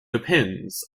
depends